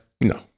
No